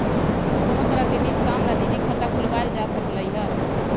कोनो तरह के निज काम ला निजी खाता खुलवाएल जा सकलई ह